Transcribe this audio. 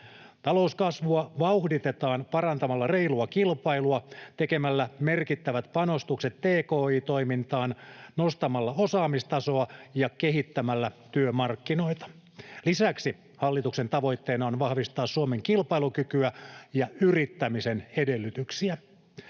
Talouskasvua vauhditetaan parantamalla reilua kilpailua, tekemällä merkittävät panostukset tki-toimintaan, nostamalla osaamistasoa ja kehittämällä työmarkkinoita. Lisäksi hallituksen tavoitteena on vahvistaa Suomen kilpailukykyä ja yrittämisen edellytyksiä.